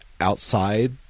outside